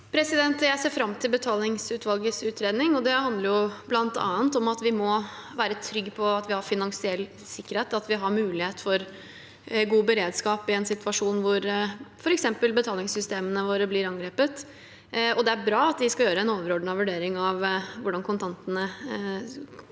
Jeg ser fram til be- talingsutvalgets utredning. Det handler bl.a. om at vi må være trygge på at vi har finansiell sikkerhet, at vi har mulighet for god beredskap i en situasjon hvor f.eks. betalingssystemene våre blir angrepet. Det er bra at de skal gjøre en overordnet vurdering av hvordan kontantene brukes